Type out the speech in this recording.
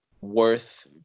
worth